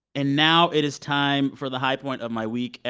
and now it is time for the high point of my week.